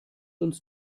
uns